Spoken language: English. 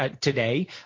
today